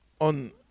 on